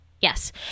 Yes